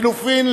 הלחלופין,